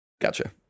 Gotcha